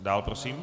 Dál prosím.